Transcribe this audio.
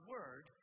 Word